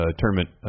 tournament